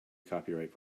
copyright